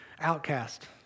outcast